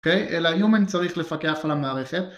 אוקיי? אלא Human צריך לפקח על המערכת